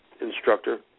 instructor